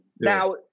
Now